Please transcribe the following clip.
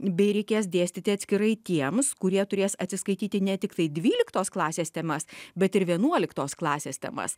bei reikės dėstyti atskirai tiems kurie turės atsiskaityti ne tiktai dvyliktos klasės temas bet ir vienuoliktos klasės temas